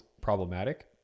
problematic